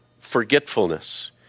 forgetfulness